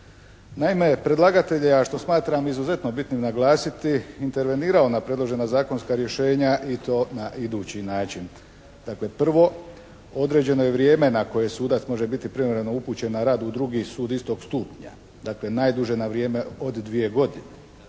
Naime, predlagatelj je, a što smatram izuzetno bitnim naglasiti, intervenirao na predložena zakonska rješenja i to na idući način. Dakle prvo, određeno je vrijeme na koje sudac može biti privremeno upućen na rad u drugi sud istog stupnja, dakle najduže na vrijeme od dvije godine.